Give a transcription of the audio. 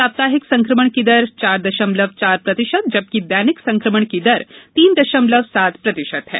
साप्ताहिक संक्रमण की दर चार दशमलव चार प्रतिशत जबकि दैनिक संक्रमण की दर तीन दशमलव सात प्रतिशत है